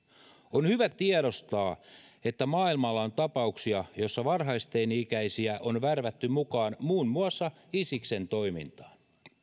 on hyvä tiedostaa että maailmalla on tapauksia joissa varhaisteini ikäisiä on värvätty mukaan muun muassa isiksen toimintaan